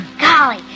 Golly